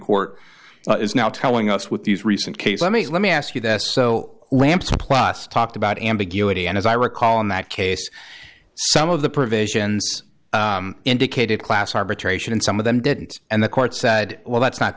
court is now telling us with these recent case i mean let me ask you this so lamps plus talked about ambiguity and as i recall in that case some of the provisions indicated class arbitration and some of them didn't and the court said well that's not